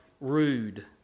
rude